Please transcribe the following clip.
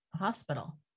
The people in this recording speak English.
Hospital